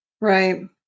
Right